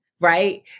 right